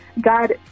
God